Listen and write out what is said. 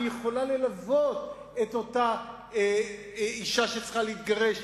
ויכולה ללוות את אותה אשה שצריכה להתגרש,